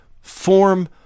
form